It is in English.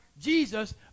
Jesus